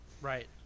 right